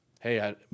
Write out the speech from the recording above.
Hey